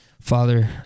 Father